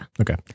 Okay